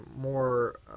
more